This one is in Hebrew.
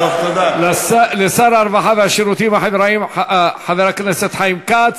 תודה לשר הרווחה והשירותים החברתיים חבר הכנסת חיים כץ.